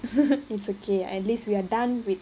it's okay at least we are done with